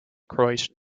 croatian